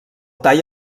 tall